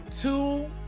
two